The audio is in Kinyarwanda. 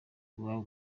iwabo